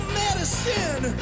medicine